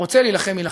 הרוצה להילחם, יילחם.